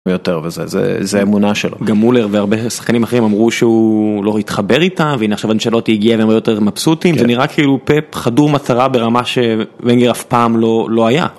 יותר וזה זה זה האמונה שלו. גם מולר והרבה שחקנים אחרים אמרו שהוא לא התחבר איתם והנה עכשיו אנשלוטי הגיע והם הרבה יותר מבסוטים זה נראה כאילו פפ חדור מטרה ברמה שלוינגר אף פעם לא לא היה.